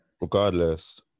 Regardless